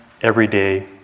everyday